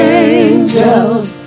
angels